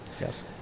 Yes